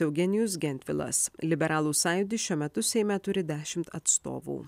eugenijus gentvilas liberalų sąjūdis šiuo metu seime turi dešimt atstovų